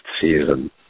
season